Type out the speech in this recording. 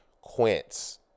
Quince